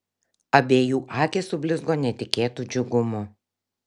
abiejų akys sublizgo netikėtu džiugumu